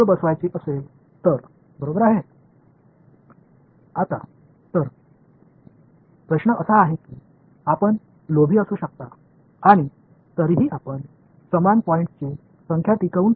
இப்போது கேள்வி நீங்கள் பேராசை கொண்டவராக இருக்க முடியும் அதே எண்ணிக்கையிலான புள்ளிகளைத் தக்க வைத்துக் கொள்ளும்போது நான் சிறந்த துல்லியத்தைப் பெற முடியுமா என்று நீங்கள் கேட்கலாம்